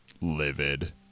livid